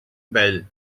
vell